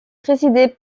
présidé